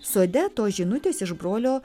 sode tos žinutės iš brolio